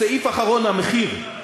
סעיף אחרון, המחיר.